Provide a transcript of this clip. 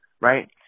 right